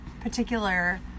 particular